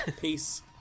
Peace